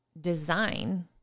design